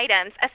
items